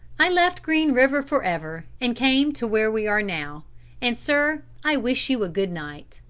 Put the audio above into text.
i left green river for ever, and came to where we are now and, sir, i wish you a good night.